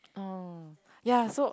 oh ya so